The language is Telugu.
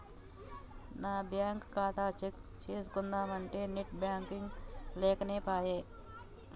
నా బ్యేంకు ఖాతా చెక్ చేస్కుందామంటే నెట్ బాంకింగ్ లేకనేపాయె